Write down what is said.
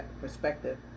perspective